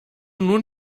nun